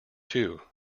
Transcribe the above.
too